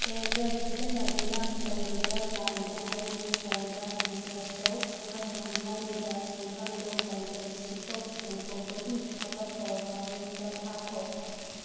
ꯄꯦꯖꯦꯞ ꯁꯤꯖꯤꯟꯅꯗꯨꯅ ꯂꯩꯔꯤꯕ ꯄ꯭ꯂꯥꯟꯗꯨ ꯑꯩꯒꯤ ꯐꯣꯟꯗ ꯔꯤꯆꯥꯔꯖ ꯇꯧ ꯑꯃꯁꯨꯡ ꯍꯥꯏꯔꯤꯕ ꯁꯦꯟꯐꯝꯗꯨ ꯀꯟꯇꯦꯛ ꯁꯤꯠꯇꯣꯛ ꯁꯦꯡꯗꯣꯛꯄꯒꯤ ꯊꯕꯛ ꯇꯧꯕ ꯃꯤꯗ ꯊꯥꯈꯣ